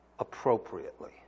appropriately